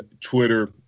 Twitter